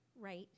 right